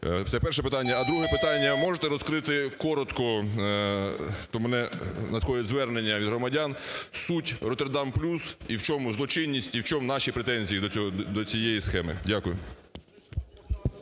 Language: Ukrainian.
Це перше питання. А друге питання. Можете розкрити коротко - до мене надходять звернення від громадян, - суть "Роттердам плюс" і в чому злочинність, і в чому наші претензії до цієї схеми? Дякую.